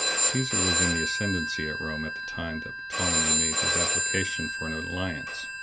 caesar was in the ascendency at rome at the time that ptolemy made his application for an alliance.